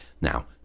Now